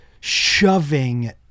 shoving